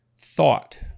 thought